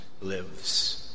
lives